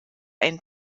einen